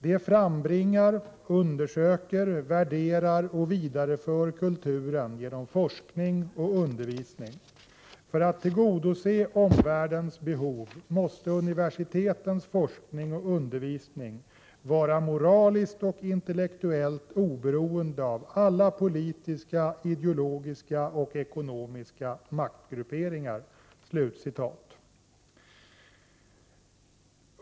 Det frambringar, undersöker, värderar och vidareför kulturen genom forskning och undervisning. För att tillgodose omvärldens behov måste universitetens forskning och undervisning vara moraliskt och intellektuellt oberoende av alla politiska, ideologiska och ekonomiska maktgrupperingar”.